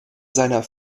seiner